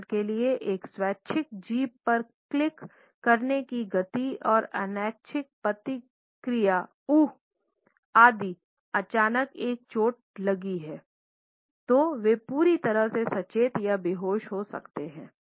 उदाहरण के लिए एक स्वैच्छिक जीभ पर क्लिक करने की गति और अनैच्छिक प्रतिक्रिया "ऊह" यदि अचानक एक चोट लगी है तो वे पूरी तरह से सचेत या बेहोश हो सकते हैं